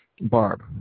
Barb